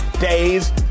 days